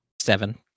Seven